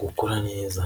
gukura neza.